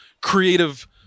creative